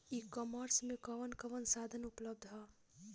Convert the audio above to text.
ई कॉमर्स में कवन कवन साधन उपलब्ध ह?